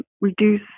reduce